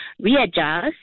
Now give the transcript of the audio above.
readjust